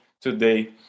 today